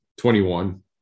21